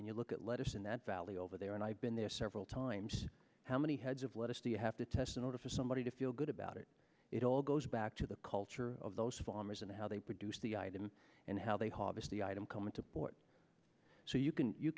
and you look at lettuce in that valley over there and i've been there several times how many heads of lettuce do you have to test in order for somebody to feel good about it it all goes back to the culture of those farmers and how they produce the item and how they harvest the item come into port so you can you